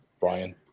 Brian